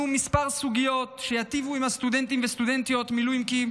כמה סוגיות שיטיבו עם הסטודנטים והסטודנטיות המילואימניקים